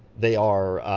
they are